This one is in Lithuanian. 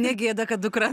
ne gėda kad dukra